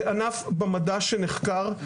זה ענף במדע שנחקר,